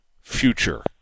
future